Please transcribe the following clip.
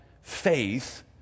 Faith